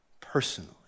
personally